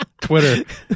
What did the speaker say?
Twitter